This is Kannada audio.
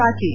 ಪಾಟೀಲ್